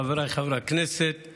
חבריי חברי הכנסת,